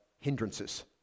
hindrances